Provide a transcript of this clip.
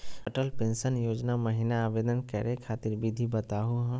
Atal pension योजना महिना आवेदन करै खातिर विधि बताहु हो?